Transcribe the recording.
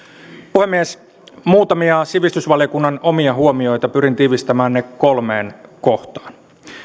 puhemies muutamia sivistysvaliokunnan omia huomioita pyrin tiivistämään ne kolmeen kohtaan